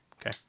okay